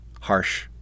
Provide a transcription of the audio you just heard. harsh